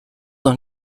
dans